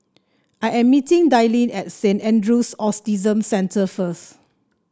I am meeting Dayle at Saint Andrew's Autism Centre first